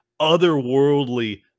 otherworldly